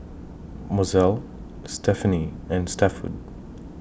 Mozelle Stephenie and Stafford